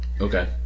Okay